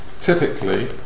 typically